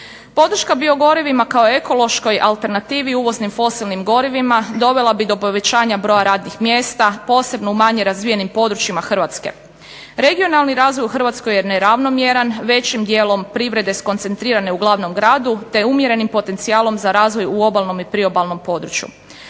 Podrška biogoriva kao ekološkoj alternativi uvoznim fosilnim gorivima dovela bi do povećanja broja radnih mjesta, posebno u manje razvijenim područjima Hrvatske. Regionalni razvoj u Hrvatskoj je neravnomjeran, većim dijelom privrede skoncentrirane u glavnom gradu te umjerenim potencijalom za razvoj u obalnom i priobalnom području.